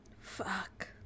Fuck